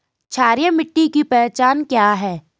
क्षारीय मिट्टी की पहचान क्या है?